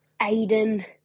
Aiden